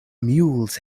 mules